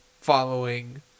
following